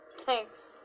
Thanks